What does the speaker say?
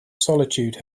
solitude